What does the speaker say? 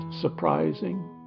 surprising